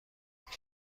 بالن